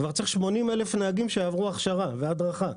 כבר צריך 80,000 נהגים שיעברו הדרכה והכשרה.